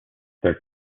their